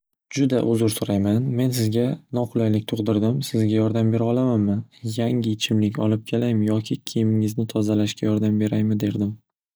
Juda uzr so'rayman man sizga noqulaylik tug'dirdim sizga yordam berolamanmi yangi ichimlik olib kelaymi yoki kiyimingizni tozalashga yordam beraymi derdim.